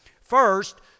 First